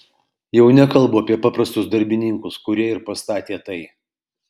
jau nekalbu apie paprastus darbininkus kurie ir pastatė tai